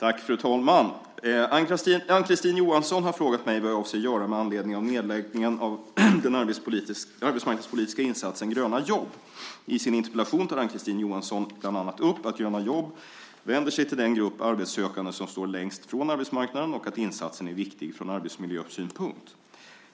Fru talman! Ann-Kristine Johansson har frågat mig vad jag avser att göra med anledning av nedläggningen av den arbetsmarknadspolitiska insatsen Gröna jobb. I sin interpellation tar Ann-Kristine Johansson bland annat upp att Gröna jobb vänder sig till den grupp arbetssökande som står längst från arbetsmarknaden och att insatsen är viktig från miljösynpunkt.